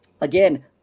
Again